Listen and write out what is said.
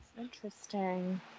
Interesting